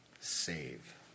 Save